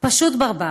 פשוט ברברים?